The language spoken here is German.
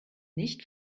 nicht